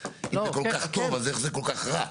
אם זה כל כך טוב, אז איך המצב הקיים כל כך רע?